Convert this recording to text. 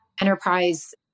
enterprise